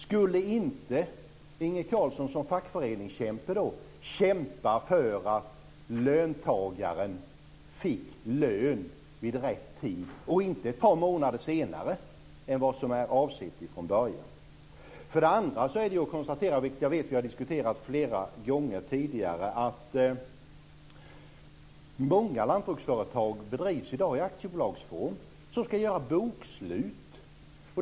Skulle inte Inge Carlsson som fackföreningskämpe då kämpa för att löntagaren fick lön vid rätt tid och inte ett par månader senare än vad som är avsikten från början? Man kan konstatera, vilket jag vet att vi har diskuterat flera gånger tidigare, att många lantbruksföretag i dag bedrivs i aktiebolagsform som ska göra bokslut.